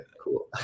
cool